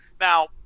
Now